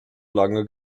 lange